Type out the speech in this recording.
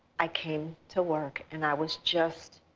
i came to work, and i was just